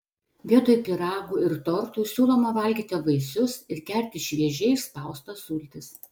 vietoj pyragų ir tortų siūloma valgyti vaisius ir gerti šviežiai išspaustas sultis